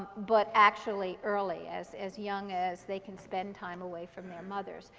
but actually early, as as young as they can spend time away from their mothers.